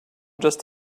just